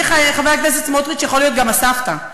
חבר הכנסת סמוטריץ יכול להיות גם הסבתא.